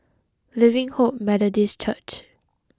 Living Hope Methodist Church